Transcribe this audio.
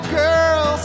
girl